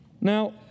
Now